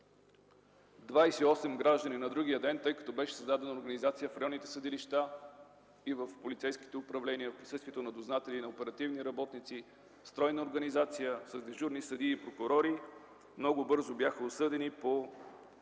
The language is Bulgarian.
граждани на другия ден, тъй като беше създадена организация в районните съдилища и в полицейските управления, в присъствието на дознатели и оперативни работници, с дежурни съдии и прокурори, много бързо бяха осъдени по